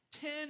ten